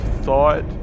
thought